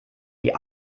die